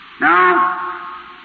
Now